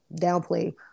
Downplay